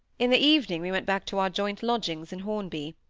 in the evening we went back to our joint lodgings in hornby.